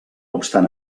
obstant